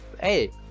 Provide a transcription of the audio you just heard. Hey